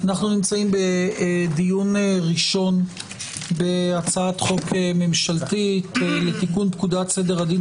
אנחנו נמצאים בדיון ראשון בהצעת חוק ממשלתית לתיקון פקודת סדר הדין